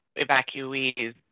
evacuees